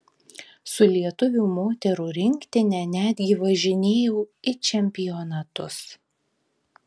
su lietuvių moterų rinktine netgi važinėjau į čempionatus